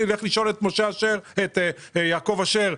יעקב אשר,